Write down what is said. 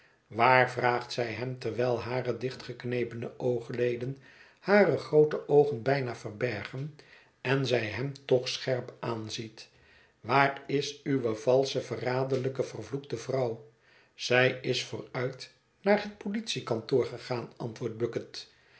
waar vraagt zij hém terwijl hare dichtgeknepene oogleden hare groote oogen bijna verbergen en zij hem toch scherp aanziet waar is uwe valsche verraderlijke vervloekte vrouw zij is vooruit naar het politiekantoor gegaan antwoordt bucket